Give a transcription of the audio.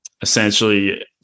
essentially